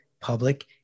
public